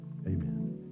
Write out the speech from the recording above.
Amen